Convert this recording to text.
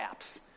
apps